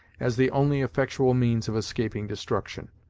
as the only effectual means of escaping destruction.